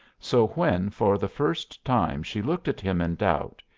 so when for the first time she looked at him in doubt,